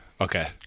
Okay